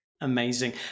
Amazing